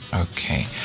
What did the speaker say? Okay